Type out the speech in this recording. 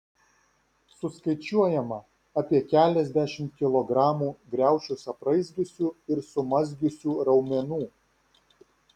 suskaičiuojama apie keliasdešimt kilogramų griaučius apraizgiusių ir sumazgiusių raumenų